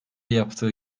yaptığı